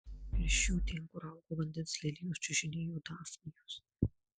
virš jų ten kur augo vandens lelijos čiužinėjo dafnijos